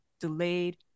delayed